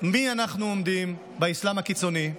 מי אנחנו עומדים באסלאם הקיצוני.